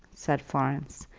said florence,